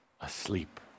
asleep